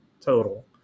total